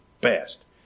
best